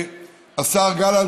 השר גלנט,